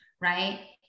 right